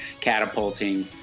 catapulting